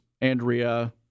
Andrea